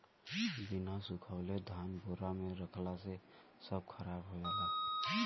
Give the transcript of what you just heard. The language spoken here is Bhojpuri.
बिना सुखवले धान बोरा में रखला से सब खराब हो जाला